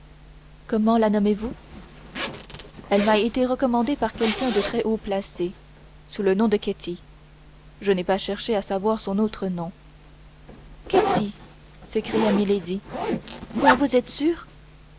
comment la nommez-vous elle m'a été recommandée par quelqu'un de très haut placé sous le nom de ketty je n'ai pas cherché à savoir son autre nom ketty s'écria milady quoi vous êtes sûre